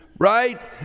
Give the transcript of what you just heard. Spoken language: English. right